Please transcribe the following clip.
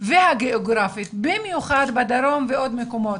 והגיאוגרפית במיוחד בדרום ועוד מקומות.